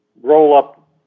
roll-up